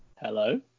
Hello